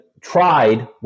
tried